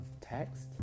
text